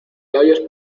labios